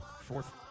fourth